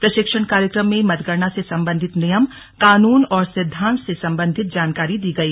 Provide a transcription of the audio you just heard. प्रशिक्षण कार्यक्रम में मतगणना से संबंधित नियम कानून और सिद्धांत से सम्बन्धित जानकारी दी गई